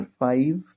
five